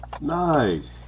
Nice